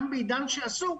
גם בעידן שאסור,